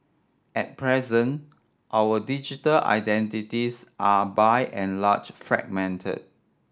at present our digital identities are by and large fragmented